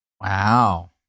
Wow